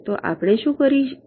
તો આપણે શું કરી શકીએ